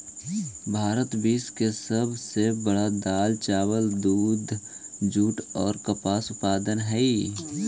भारत विश्व के सब से बड़ा दाल, चावल, दूध, जुट और कपास उत्पादक हई